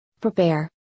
prepare